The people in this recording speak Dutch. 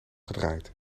gedraaid